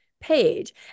page